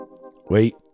Wait